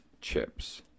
chips